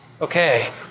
Okay